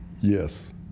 Yes